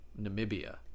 Namibia